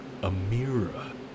Amira